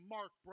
Mark